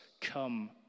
come